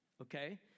okay